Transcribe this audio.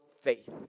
faith